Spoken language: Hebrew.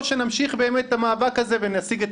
או שנמשיך באמת את המאבק הזה ונשיג את